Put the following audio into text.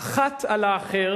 האחת על האחר